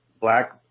Black